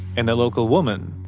and a local woman,